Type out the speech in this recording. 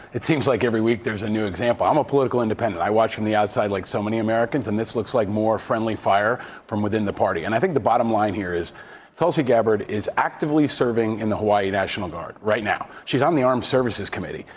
it seems like every week there's a new example. i'm a political independent. i watch from the outside like so many americans, and this looks like more friendly fire from within the party. and i think the bottom line here is tulsi gabbard is actively serving in the hawaii national guard right now. she's on the armed services committee.